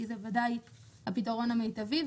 כי זה ודאי הפתרון המיטבי.